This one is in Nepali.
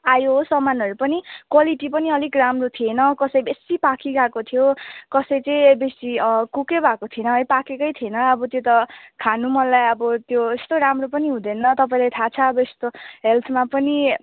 आयो हो सामानहरू पनि क्वालिटी पनि अलिक राम्रो थिएन कसै बेसी पाकिगएको थियो कसै चाहिँ बेसी कुकै भएको थिएन पाकेकै थिएन अब त्यो त खानु मलाई अब त्यो यस्तो राम्रो पनि हुँदैन तपाईँलाई थाहा छ अब यस्तो हेल्थमा पनि